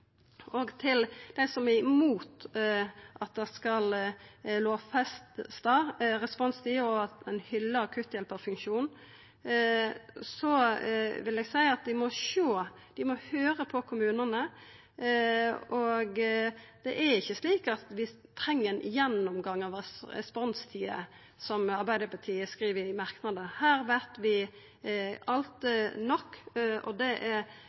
Til dei som er imot at ein skal lovfesta responstid, og som hyllar akutthjelparfunksjonen, vil eg seia at dei må høyra på kommunane. Det er ikkje slik at vi treng ein gjennomgang av responstider, som Arbeidarpartiet skriv i sine merknader. Her veit vi allereie nok. Det er